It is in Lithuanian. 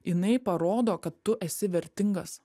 jinai parodo kad tu esi vertingas